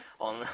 on